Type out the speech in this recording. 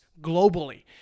globally